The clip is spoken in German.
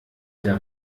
der